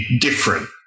different